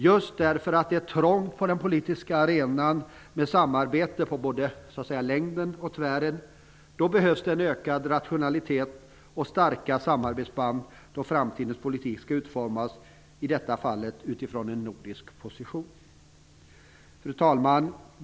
Just därför att det är trångt på den politiska arenan med samarbete på både längden och tvären behövs det en ökad rationalitet och starka samarbetsband då framtidens politik skall utformas, i detta fall utifrån en nordisk position. Fru talman!